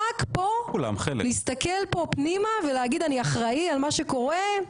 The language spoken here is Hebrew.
רק פה להסתכל פה פנימה ולהגיד אני אחראי על מה שקורה,